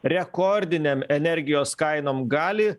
rekordinėm energijos kainom gali